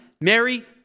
Mary